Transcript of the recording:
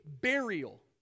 burial